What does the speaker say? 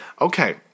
Okay